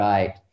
Right